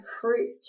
fruit